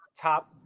top